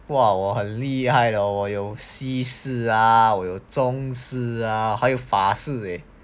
!wah! 我很厉害了我有西式啊有中式啊还有法式